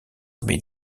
est